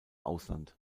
ausland